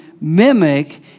mimic